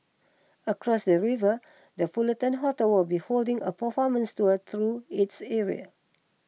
across the river the Fullerton Hotel will be holding a performance tour through its area